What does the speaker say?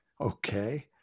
okay